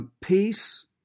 Peace